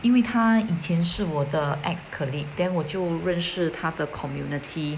因为他以前是我的 ex colleague then 我就认识他的 community